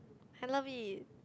I love it